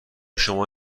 شما